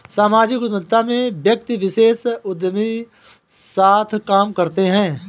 सामाजिक उद्यमिता में व्यक्ति विशेष उदयमी साथ काम करते हैं